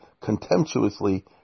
contemptuously